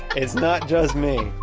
it's not just me!